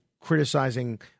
criticizing